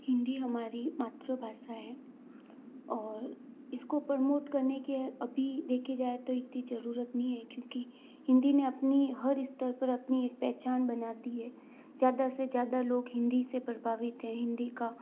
हिन्दी हमारी मातृभाषा है और इस को प्रमोट करने के अभी देखा जाए तो इतनी ज़रूरत नहीं है क्योंकि हिन्दी ने अपनी हर स्तर पर अपनी एक पहचान बना दी है ज़्यादा से ज़्यादा लोग हिन्दी से प्रभावित है हिन्दी का